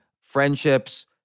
friendships